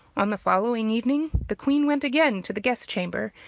on the following evening the queen went again to the guest-chamber,